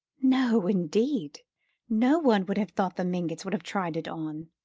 no, indeed no one would have thought the mingotts would have tried it on!